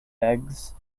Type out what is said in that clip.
eggs